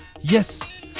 yes